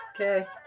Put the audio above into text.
Okay